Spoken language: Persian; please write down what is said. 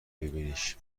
ببینیش